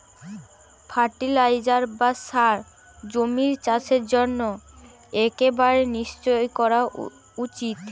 fertiliser বা সার জমির চাষের জন্য একেবারে নিশ্চই করা উচিত